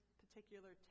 particular